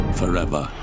forever